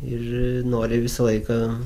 ir nori visą laiką